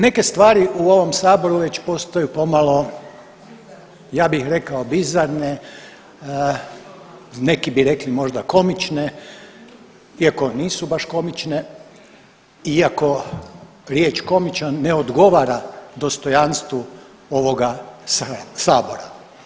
Neke stvari u ovom saboru već postaju pomalo ja bih rekao bizarne, neki bi rekli možda komične iako nisu baš komične, iako riječ komičan ne odgovara dostojanstvu ovoga sabora.